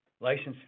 license